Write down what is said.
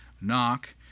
Knock